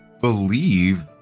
believe